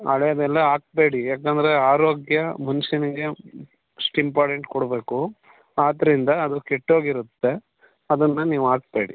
ಹಳೇದೆಲ್ಲ ಹಾಕ್ಬೇಡಿ ಯಾಕಂದರೆ ಆರೋಗ್ಯ ಮನುಷ್ಯನಿಗೆ ಅಷ್ಟು ಇಂಪಾರ್ಟೆಂಟ್ ಕೊಡಬೇಕು ಆದ್ದರಿಂದ ಅದು ಕೆಟ್ಟೋಗಿರುತ್ತೆ ಅದನ್ನು ನೀವು ಹಾಕ್ಬೇಡಿ